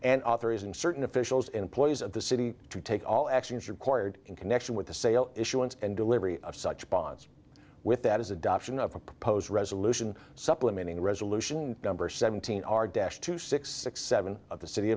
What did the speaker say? and author is in certain officials employees of the city to take all actions required in connection with the sale issuance and delivery of such bonds with that is adoption of a proposed resolution supplementing resolution number seventeen our debt to six six seven of the city